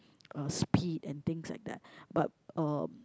uh speed and things like that but uh